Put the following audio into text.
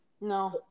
No